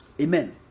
Amen